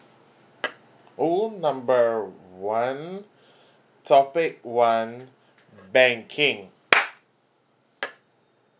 call number one topic one banking